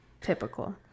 typical